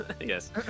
Yes